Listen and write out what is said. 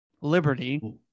liberty